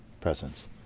presence